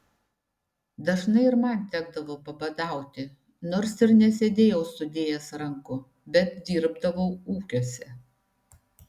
dažnai ir man tekdavo pabadauti nors ir nesėdėjau sudėjęs rankų bet dirbdavau ūkiuose